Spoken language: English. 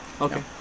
okay